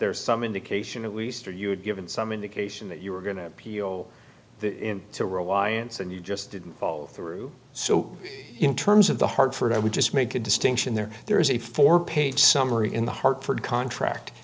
there some indication at least or you had given some indication that you were going to appeal to reliance and you just didn't follow through so in terms of the hartford i would just make a distinction there there is a four page summary in the hartford contract